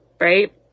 right